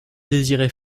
désirait